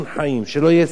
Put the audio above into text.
שלא יהיה ספק בזה.